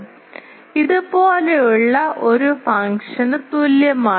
അതിനാൽ ഇത് ഇതുപോലുള്ള ഒരു ഫംഗ്ഷന് തുല്യമാണ്